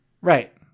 Right